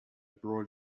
broad